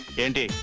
and